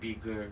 bigger